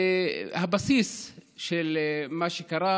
הבסיס של מה שקרה,